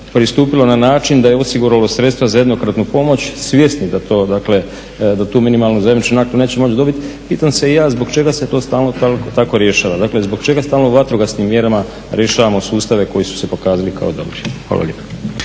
pristupilo na način da je osigurala sredstva za jednokratnu pomoć svjesni da tu minimalnu zajamčenu neće moći dobiti. Pitam se i ja zbog čega se to stalno tako rješava, zbog čega stalno vatrogasnim mjerama rješavamo sustave koji su se pokazali kao dobri? Hvala lijepo.